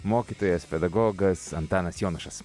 mokytojas pedagogas antanas jonušas